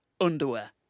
underwear